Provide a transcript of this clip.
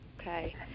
Okay